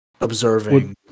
Observing